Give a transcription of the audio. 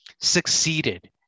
succeeded